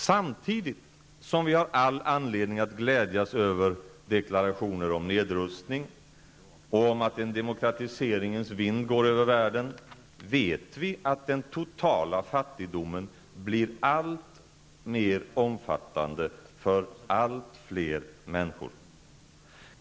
Samtidigt som vi har all anledning att glädjas över deklarationer om nedrustning och över att en demokratiseringens vind går över världen, vet vi att den totala fattigdomen blir alltmer omfattande allt fler människor.